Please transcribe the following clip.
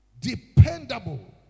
dependable